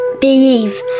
believe